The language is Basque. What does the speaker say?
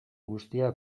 guztia